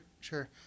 sure